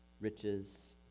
riches